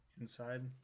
inside